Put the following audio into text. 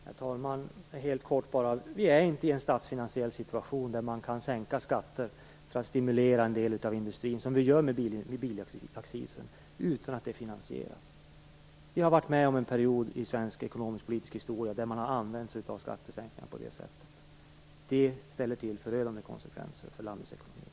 Herr talman! Vi befinner oss inte i en statsfinansiell situation som gör det möjligt för oss att sänka skatter för att stimulera en del av industrin, som vi gör med bilaccisen, utan att detta finansieras. Vi har varit med om en period i svensk ekonomisk-politisk historia under vilken man har använt sig av skattesänkningar på det sättet. Det ger förödande konsekvenser för landets ekonomi.